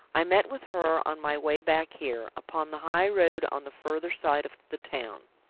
i met with her on my way back here, upon the high-road on the further side of the town.